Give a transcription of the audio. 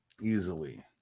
Easily